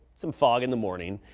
some fog in the morning.